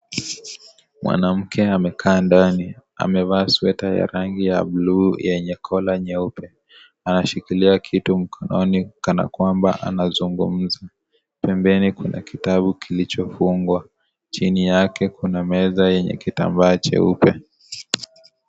Mwanamke amekaa ndani amevaa sweta ya rangi ya bulu yenye collar nyeupe anashikilia kitu mkononi kana kwamba anazungumza, pembeni kuna kitabu kilichofungwa, chini yake meza chenye kitambaa cheupe.